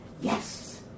yes